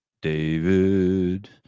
David